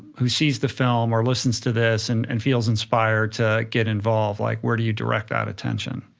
who sees the film or listens to this and and feels inspired to get involved, like where do you direct that attention?